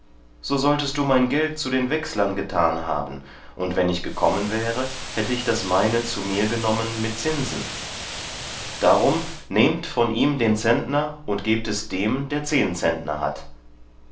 so solltest du mein geld zu den wechslern getan haben und wenn ich gekommen wäre hätte ich das meine zu mir genommen mit zinsen darum nehmt von ihm den zentner und gebt es dem der zehn zentner hat